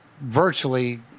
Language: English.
virtually